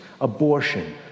abortion